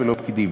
ולא פקידים.